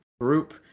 group